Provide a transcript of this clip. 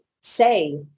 say